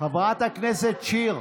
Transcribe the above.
חברת הכנסת שיר,